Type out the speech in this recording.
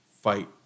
fight